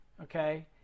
Okay